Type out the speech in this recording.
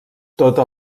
tota